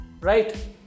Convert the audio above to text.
Right